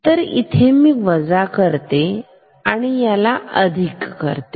तर इथे मी वजा करते आणि याला अधिक करते